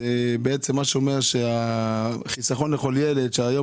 זה בעצם מה שאומר שהחיסכון לכל ילד שהיום